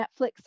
Netflix